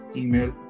email